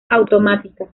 automática